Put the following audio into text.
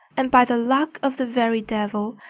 and by the luck of the very devil,